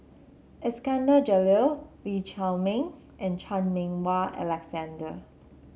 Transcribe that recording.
Iskandar Jalil Lee Chiaw Meng and Chan Meng Wah Alexander